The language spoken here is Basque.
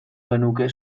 genuke